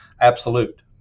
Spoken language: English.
absolute